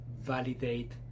validate